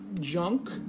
junk